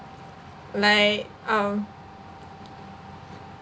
like um